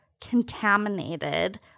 contaminated